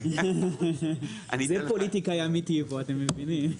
זה פוליטיקאי אמיתי פה, אתם מבינים?